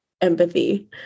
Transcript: empathy